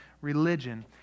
religion